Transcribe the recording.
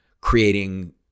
creating